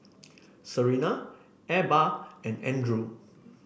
Serena Ebba and Andrew